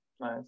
Nice